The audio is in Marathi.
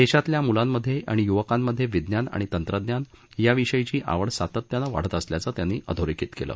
देशातल्या मुलांमधे आणि युवकांमधे विज्ञान आणि तंत्रज्ञान याविषयीची आवड सातत्यानं वाढत असल्याचं त्यांनी अधोरेखित केलं